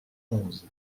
onze